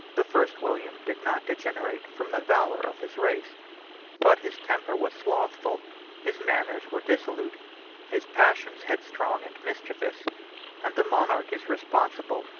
the first william did not degenerate from the valor of his race but his temper was slothful his manners were dissolute his passions headstrong and mischievous and the monarch is responsible,